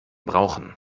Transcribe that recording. brauchen